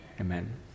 Amen